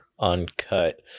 uncut